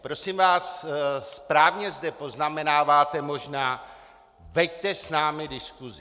Prosím vás, správně zde poznamenáváte možná: veďte s námi diskusi.